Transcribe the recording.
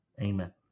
Amen